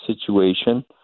situation